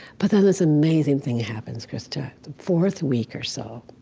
but then this amazing thing happens, krista. the fourth week or so,